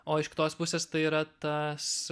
o iš kitos pusės tai yra tas